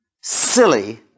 silly